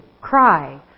cry